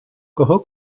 кого